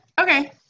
okay